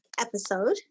episode